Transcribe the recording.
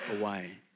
away